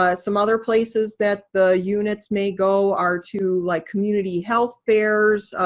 ah some other places that the units may go are to like community health fairs,